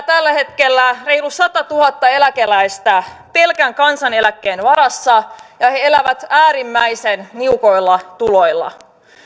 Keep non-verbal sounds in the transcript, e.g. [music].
[unintelligible] tällä hetkellä reilu satatuhatta eläkeläistä pelkän kansaneläkkeen varassa ja he elävät äärimmäisen niukoilla tuloilla